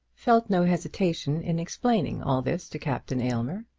felt no hesitation in explaining all this to captain aylmer.